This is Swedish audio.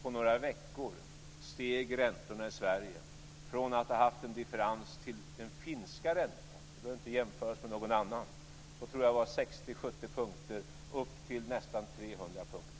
På några veckor steg räntorna i Sverige från att ha haft en differens till den finska räntan - vi behöver inte jämföra oss med något annat land - på 60-70 punkter upp till en differens på nästan 300 punkter.